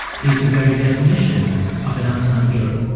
he's the very definition of an unsung hero.